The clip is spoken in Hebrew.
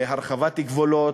הרחבת גבולות,